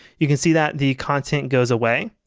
you can see that the content goes away,